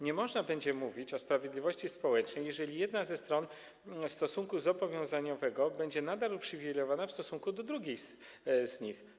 Nie można będzie mówić o sprawiedliwości społecznej, jeżeli jedna ze stron stosunku zobowiązaniowego będzie nadal uprzywilejowana w stosunku do drugiej z nich.